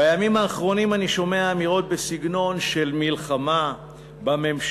בימים האחרונים אני שומע אמירות בסגנון של מלחמה בממשלה,